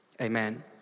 Amen